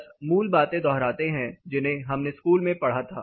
बस मूल बातें दोहराते है जिन्हें हमने स्कूल में पढ़ा था